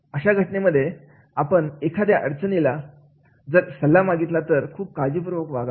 अशा घटनेमध्ये आपण एखाद्या अडचणीला जर सल्ला मागितला तर खूप काळजीपूर्वक वागावे